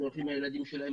שולחים את הילדים שלהם